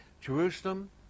Jerusalem